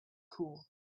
cool